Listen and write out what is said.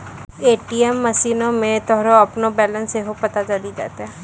ATM मशीनो मे तोरा अपनो बैलेंस सेहो पता चलि जैतै